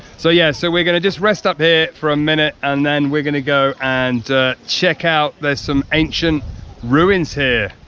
so yeah so we're going to just rest up here for a minute, and then we're going to go and check out the ancient ruins here.